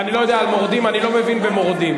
אני לא מבין במורדים.